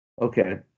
Okay